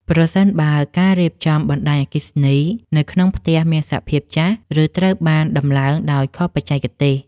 ប្រសិនបើការរៀបចំបណ្ដាញអគ្គិសនីនៅក្នុងផ្ទះមានសភាពចាស់ ឬត្រូវបានតម្លើងដោយខុសបច្ចេកទេស។